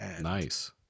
Nice